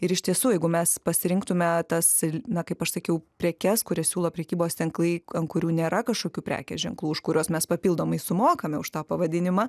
ir iš tiesų jeigu mes pasirinktume tas ir na kaip aš sakiau prekes kurias siūlo prekybos tinklai an kurių nėra kažkokių prekės ženklų už kuriuos mes papildomai sumokame už tą pavadinimą